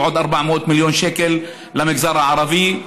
ועוד 400 מיליון שקל למגזר הערבי.